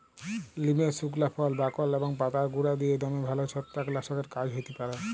লিমের সুকলা ফল, বাকল এবং পাতার গুঁড়া দিঁয়ে দমে ভাল ছত্রাক লাসকের কাজ হ্যতে পারে